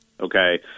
okay